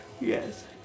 Yes